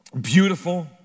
Beautiful